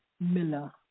Miller